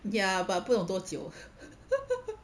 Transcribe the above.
ya but 不懂多久